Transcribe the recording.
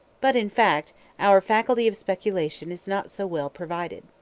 but in fact our faculty of speculation is not so well provided.